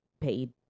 paid